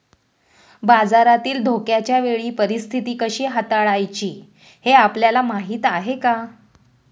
बाजारातील धोक्याच्या वेळी परीस्थिती कशी हाताळायची हे आपल्याला माहीत आहे का?